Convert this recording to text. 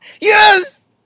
yes